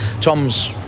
Tom's